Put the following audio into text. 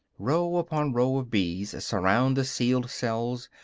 row upon row of bees surround the sealed cells,